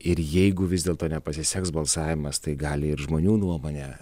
ir jeigu vis dėlto nepasiseks balsavimas tai gali ir žmonių nuomonę